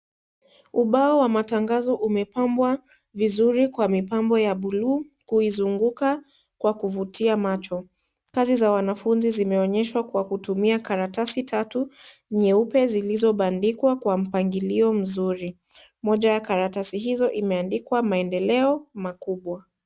Ubao wa matangazo umepambwa vizuri kwa mipambo ya buluu kuizunguka kwa kuvutia macho, kazi za wanafunzi zimeonyeshwa kwa kutumia karatasi tatu nyeupe zilizobandikwa kwa mpangilio mzuri, moja ya karatasi hizo imeandikwa maendeleo makubwa.